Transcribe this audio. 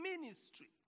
ministry